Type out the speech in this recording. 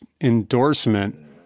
endorsement